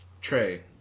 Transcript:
Trey